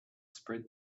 spread